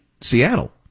Seattle